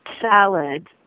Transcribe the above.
salad